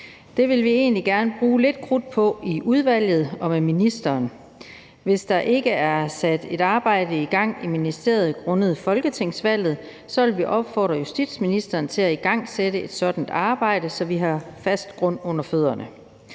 Det vil vi egentlig gerne bruge lidt krudt på i udvalget og med ministeren. Hvis der ikke er sat et arbejde i gang i ministeriet grundet folketingsvalget, vil vi opfordre justitsministeren til at igangsætte et sådant arbejde, så vi har fast grund under fødderne.